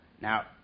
Now